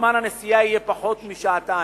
זמן הנסיעה יהיה פחות משעתיים.